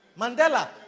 Mandela